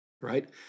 right